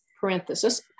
parenthesis